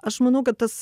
aš manau kad tas